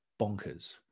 bonkers